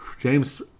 James